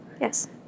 yes